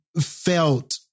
felt